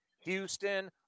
Houston